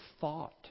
thought